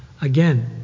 Again